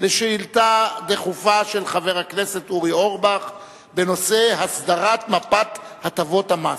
על שאילתא דחופה של חבר הכנסת אורי אורבך בנושא: הסדרת מפת הטבות המס.